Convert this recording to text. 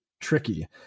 tricky